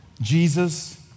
Jesus